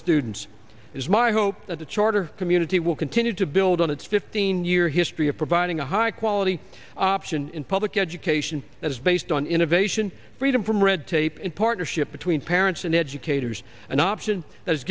students is my hope that the charter community will continue to build on its fifteen year history of providing a high quality option in public education that is based on innovation freedom from red tape in partnership between parents and educators an option